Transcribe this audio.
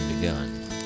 begun